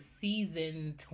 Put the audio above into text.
season